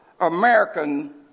American